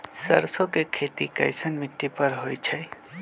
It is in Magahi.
सरसों के खेती कैसन मिट्टी पर होई छाई?